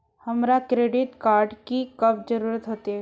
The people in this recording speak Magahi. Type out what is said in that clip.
हमरा क्रेडिट कार्ड की कब जरूरत होते?